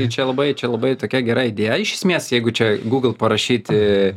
čia labai čia labai tokia gera idėja iš esmės jeigu čia google parašyti